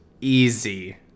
Easy